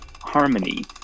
harmony